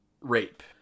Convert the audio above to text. rape